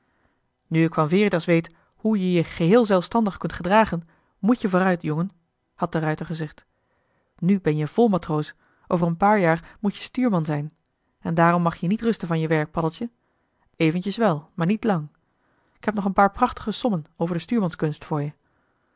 nu ik van veritas weet hoe je je geheel zelfstandig kunt gedragen moet-je vooruit jongen had de ruijter gezegd nu ben-je vol matroos over een paar jaar moet-je stuurman zijn en daarom mag jij niet rusten van je werk paddeltje eventjes wel maar niet lang k heb nog een paar prachtige sommen over de stuurmanskunst voor je